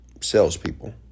Salespeople